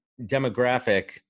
demographic